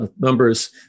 numbers